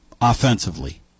offensively